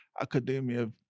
academia